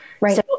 Right